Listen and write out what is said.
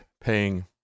paying